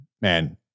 man